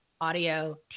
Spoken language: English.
audio